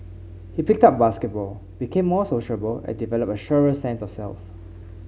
he picked up basketball became more sociable and developed a surer sense of self